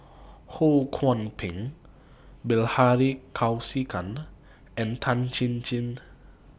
Ho Kwon Ping Bilahari Kausikan and Tan Chin Chin